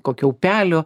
kokio upelio